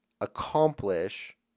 accomplish